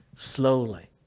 slowly